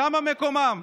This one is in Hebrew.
שם מקומם.